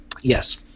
Yes